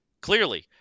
clearly